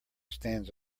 stands